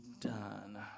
done